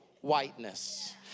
whiteness